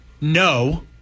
no